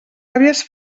àvies